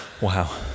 Wow